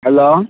hello